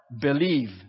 Believe